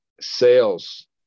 sales